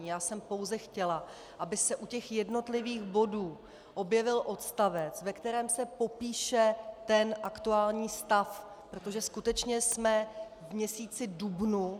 Já jsem pouze chtěla, aby se u jednotlivých bodů objevil odstavec, ve kterém se popíše aktuální stav, protože skutečně jsme v měsíci dubnu.